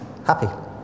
happy